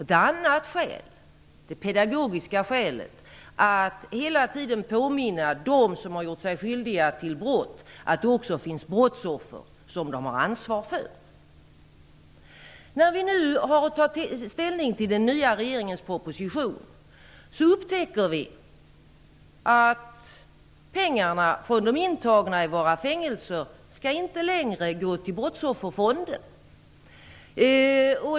Ett annat skäl är det pedagogiska i att hela tiden påminna dem som gjort sig skyldiga till brott att det finns brottsoffer som de har ansvar för. När vi nu hade att ta ställning till den nya regeringens proposition upptäckte vi att pengarna från de intagna i våra fängelser inte längre skall gå till Brottsofferfonden.